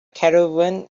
caravan